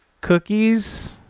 cookies